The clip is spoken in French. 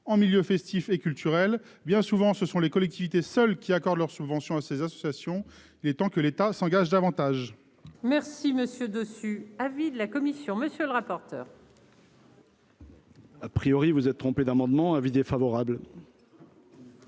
en milieu festif et culturel, bien souvent, ce sont les collectivités seuls qui accordent leurs subventions à ces associations, il est temps que l'État s'engage davantage. Merci monsieur dessus, avis de la commission, monsieur le rapporteur. à priori, vous êtes trompé d'amendements avis défavorable.